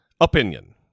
Opinion